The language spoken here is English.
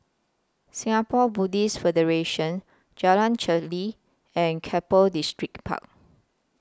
Singapore Buddhist Federation Jalan Pacheli and Keppel Distripark